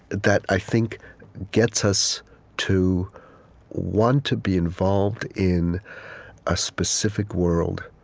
that i think gets us to want to be involved in a specific world